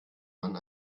mann